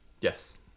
yes